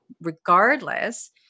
regardless